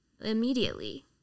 immediately